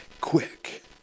quick